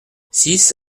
six